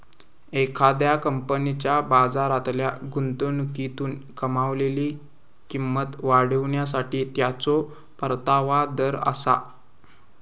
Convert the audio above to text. एखाद्या कंपनीच्या बाजारातल्या गुंतवणुकीतून कमावलेली किंमत वाढवण्यासाठी त्याचो परतावा दर आसा